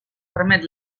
permet